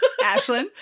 Ashlyn